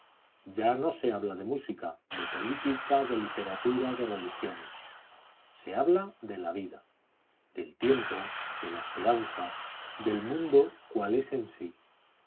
ya no se habla de música de política de literatura de religiones se habla de la vida del tiempo de la esperanza del mundo cual es en sí